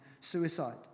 suicide